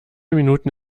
minuten